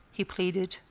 he pleaded.